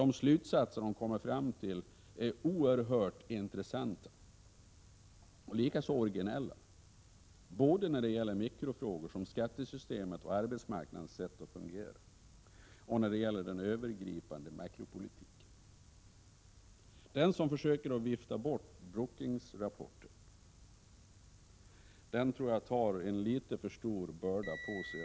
De slutsatser de kommer fram till är oerhört intressanta och också originella, både när det gäller mikrofrågor som skattesystemet och arbetsmarknadens sätt att fungera och när det gäller den övergripande makropolitiken. Den som försöker vifta bort Brookingsrapporten tror jag tar en litet för stor börda på sig.